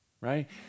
right